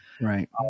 Right